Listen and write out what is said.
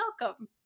welcome